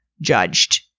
judged